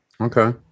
Okay